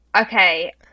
Okay